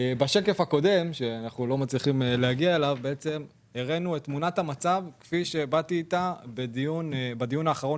בשקף הקודם הראינו את תמונת המצב כפי שהראיתי בדיון האחרון